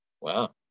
Wow